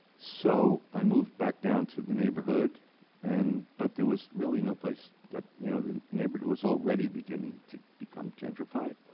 so i moved back down to the neighborhood and, but there was really no place that, you know, the neighborhood was already beginning to become gentrified.